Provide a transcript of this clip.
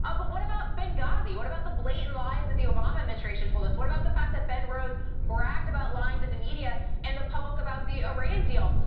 ah but what about benghazi? what about the blatant lies that the obama administration told us? what about the fact that ben rhodes bragged about lying to the media and the public about the iran deal?